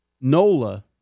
Nola